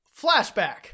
Flashback